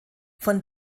von